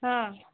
ହଁ